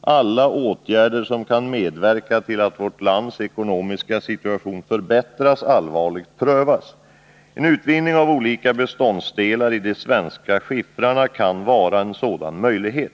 alla åtgärder som kan medverka till att vårt lands ekonomiska situation förbättras allvarligt prövas. En utvinning av olika beståndsdelar i de svenska alunskiffrarna kan vara en sådan möjlighet.